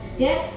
mm